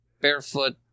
barefoot